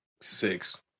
six